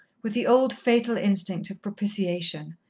with the old fatal instinct of propitiation,